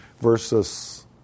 versus